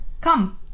come